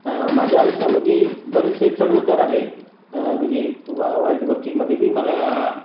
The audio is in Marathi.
माझ्या आयुष्यामध्ये बरेचसे चढउतार आले म्हणजे वा वाईट गोष्टीमध्ये बी मला